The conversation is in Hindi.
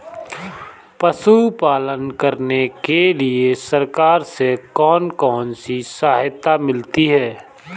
पशु पालन करने के लिए सरकार से कौन कौन सी सहायता मिलती है